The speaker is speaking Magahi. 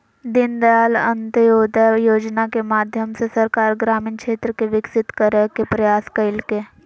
दीनदयाल अंत्योदय योजना के माध्यम से सरकार ग्रामीण क्षेत्र के विकसित करय के प्रयास कइलके